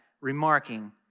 remarking